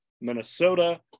Minnesota